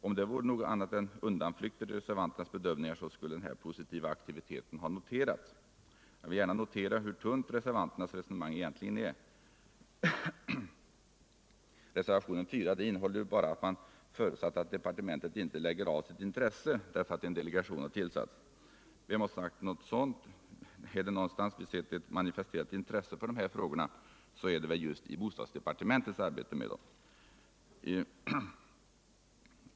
Om det vore fråga om något annat än undanflykter i reservanternas bedömningar, skulle den här positiva aktiviteten ha noterats. Jag vill gärna framhålla hur tunt reservanternas resonemang är. Reservationen 4 innehåller bara uttalandet att man har förutsatt att departementet inte lägger av sitt intresse därför att en delegation tillsatts. Vem har sagt något sådant? Har vi någonstans sett ett manifesterat intresse för de här frågorna, är det väl just i bostadsdepartementet.